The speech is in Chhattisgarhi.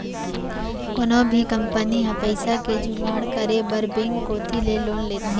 कोनो भी कंपनी ह पइसा के जुगाड़ करे बर बेंक कोती ले लोन लेथे